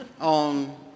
on